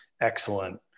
excellent